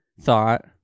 thought